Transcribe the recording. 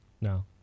No